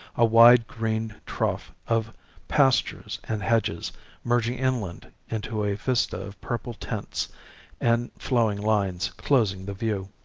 a wide green trough of pastures and hedges merging inland into a vista of purple tints and flowing lines closing the view.